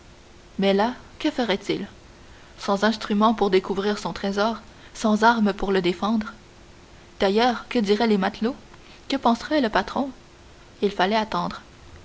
mais là que ferait-il sans instruments pour découvrir son trésor sans armes pour le défendre d'ailleurs que diraient les matelots que penserait le patron il fallait attendre